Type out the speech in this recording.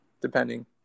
Depending